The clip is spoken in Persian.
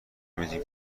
میدیم